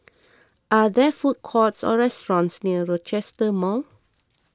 are there food courts or restaurants near Rochester Mall